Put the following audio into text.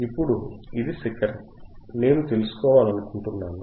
ఇప్పుడు ఇది శిఖరం నేను తెలుసుకోవాలనుకుంటున్నాను